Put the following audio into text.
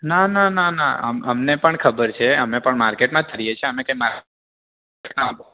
ના ના ના ના અમને પણ ખબર છે અમે પણ માર્કેટમાં જ ફરીએ છીએ અમે કાંઇ માર્કેટનો